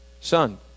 son